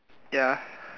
ya